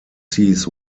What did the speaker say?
sees